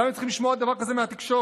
למה הם צריכים לשמוע דבר כזה מהתקשורת?